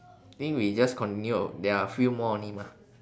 I think we just continue there are a few more only mah